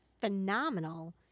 phenomenal